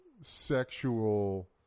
sexual